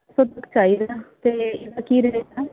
sir price ਤਾਂ ਇਹਦਾ ਕੀ ਰਹੇਗਾ